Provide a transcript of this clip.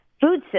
food